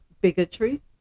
bigotry